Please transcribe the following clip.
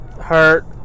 hurt